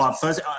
first